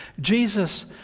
Jesus